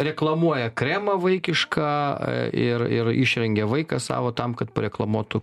reklamuoja kremą vaikišką ir ir išrengia vaiką savo tam kad pareklamuotų